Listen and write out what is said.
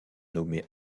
nommé